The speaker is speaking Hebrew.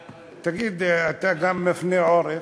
תגיד, אתה גם מפנה עורף,